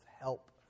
help